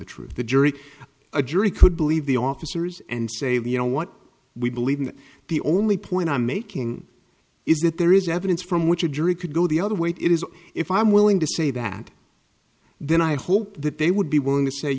the truth the jury a jury could believe the officers and say well you know what we believe in the only point i'm making is that there is evidence from which a jury could go the other way it is if i'm willing to say that then i hope that they would be willing to say